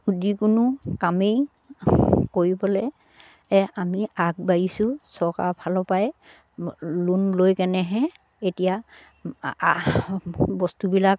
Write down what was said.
যিকোনো কামেই কৰিবলে আমি আগবাঢ়িছোঁ চৰকাৰৰ ফালৰ পৰাাই লোন লৈ কেনেহে এতিয়া বস্তুবিলাক